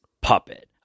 puppet